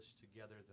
together